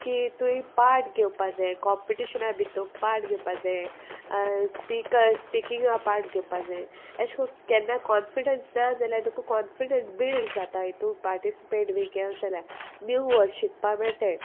की तुवें पार्ट घेवपा जाय कॉम्पिटिशनां बी तुका पार्ट घेवपा जाय स्पिकर्स स्पिकिंगा पाट घेवपा जाय एश कोन केन्ना कॉनफिडंस ना जाल्यार तुका कॉनफिडंस बिल्ड जाता हितू पार्टिसिपेट बी केल जाल्यार न्यू व्हड शिकपा मेळटा